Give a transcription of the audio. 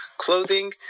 clothing